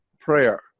prayer